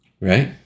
Right